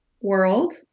world